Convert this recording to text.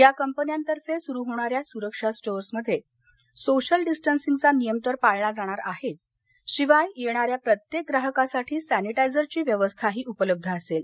या कंपन्यांतर्फे सुरु होणाऱ्या सुरक्षा स्टोअर मध्ये सोशल डिस्टंसिंगचा नियम तर पाळला जाणार आहेच शिवाय येणाऱ्या प्रत्येक ग्राहकांसाठी सॅनिटायझरची व्यवस्थाही उपलब्ध असेल